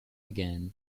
began